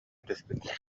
түспүт